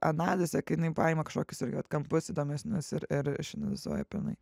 analizė kai jinai paima kažkokius vat kampus įdomesnius ir išanalizuoja pilnai